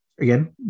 again